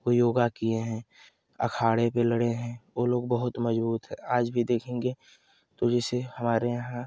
वो योगा किए हें अखाड़े पर लड़े हें वो लोग बहुत मजबूत हैं आज भी देखेंगे तो जैसे हमारे यहाँ